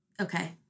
okay